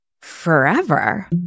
forever